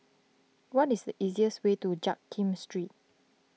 what is the easiest way to Jiak Kim Street